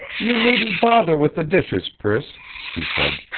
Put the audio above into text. you needn't bother with the dishes, priss, she said.